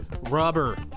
rubber